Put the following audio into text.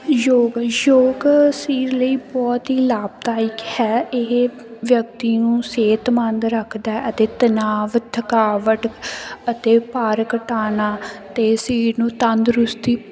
ਯੋਗ ਯੋਗ ਸਰੀਰ ਲਈ ਬਹੁਤ ਹੀ ਲਾਭਦਾਇਕ ਹੈ ਇਹ ਵਿਅਕਤੀ ਨੂੰ ਸਿਹਤਮੰਦ ਰੱਖਦਾ ਅਤੇ ਤਨਾਵ ਥਕਾਵਟ ਅਤੇ ਭਾਰ ਘਟਾਨਾ ਤੇ ਸਰੀਰ ਨੂੰ ਤੰਦਰੁਸਤੀ